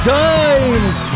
times